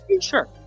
Sure